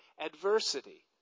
adversity